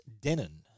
Denon